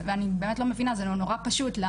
ואני באמת לא מבינה, זה נורא פשוט.